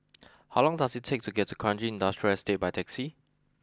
how long does it take to get to Kranji Industrial Estate by taxi